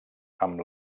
amb